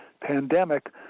pandemic